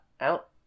out